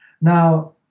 Now